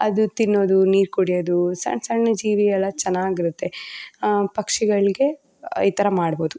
ಅದು ತಿನ್ನೋದು ನೀರು ಕುಡಿಯೋದು ಸಣ್ಣ ಸಣ್ಣ ಜೀವಿಗಳೆಲ್ಲ ಚೆನ್ನಾಗಿರುತ್ತೆ ಪಕ್ಷಿಗಳಿಗೆ ಈ ಥರ ಮಾಡ್ಬೋದು